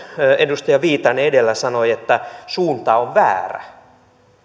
edustaja viitanen edellä sanoi että suunta on väärä